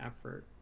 effort